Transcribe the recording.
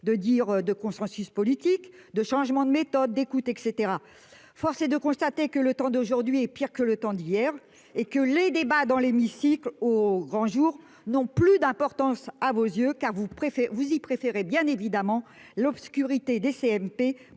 pas dire de consensus politique et que l'on prône le changement de méthode, force est de constater que le temps d'aujourd'hui est pire que le temps d'hier et que les débats dans l'hémicycle au grand jour n'ont plus d'importance à vos yeux ! Vous y préférez bien évidemment l'obscurité des